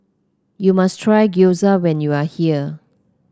you must try Gyoza when you are here